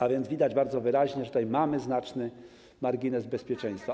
A więc widać bardzo wyraźnie, że mamy znaczny margines bezpieczeństwa.